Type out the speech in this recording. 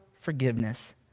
forgiveness